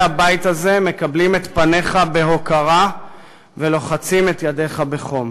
הבית הזה מקבלים את פניך בהוקרה ולוחצים את ידיך בחום.